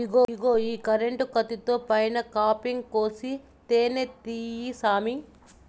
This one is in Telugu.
ఇగో ఈ కరెంటు కత్తితో పైన కాపింగ్ కోసి తేనే తీయి సామీ